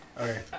Okay